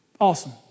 Awesome